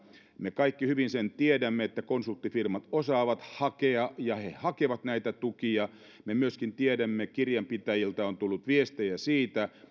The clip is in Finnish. me kaikki hyvin sen tiedämme että konsulttifirmat osaavat hakea ja hakevat näitä tukia me myöskin tiedämme että kirjanpitäjiltä on tullut viestejä siitä